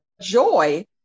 joy